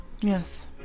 Yes